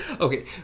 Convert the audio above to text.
Okay